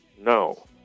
No